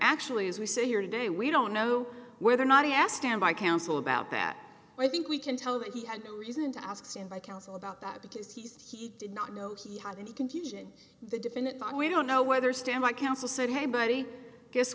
actually as we say here today we don't know whether or not he asked and by counsel about that i think we can tell that he had no reason to ask standby counsel about that because he said he did not know he had any confusion the defendant on we don't know whether standby counsel said hey buddy guess